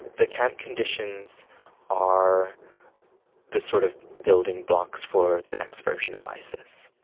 the camp conditions are the sort of building blocks for the next version of isis.